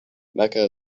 mecca